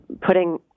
putting